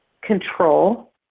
control